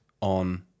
on